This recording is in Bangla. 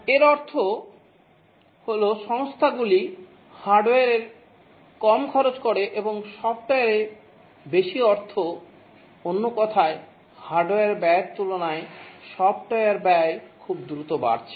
এর অর্থ হল সংস্থাগুলি হার্ডওয়্যারে কম খরচ করে এবং সফ্টওয়্যারে বেশি অর্থ অন্য কথায় হার্ডওয়্যার ব্যয়ের তুলনায় সফটওয়্যার ব্যয় খুব দ্রুত বাড়ছে